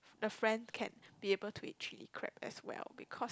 the friend can be able to eat chilli crab as well because